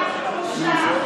שב בשקט,